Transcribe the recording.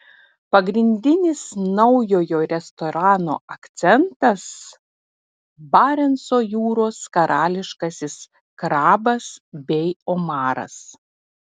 pagrindinis naujojo restorano akcentas barenco jūros karališkasis krabas bei omaras